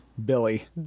Billy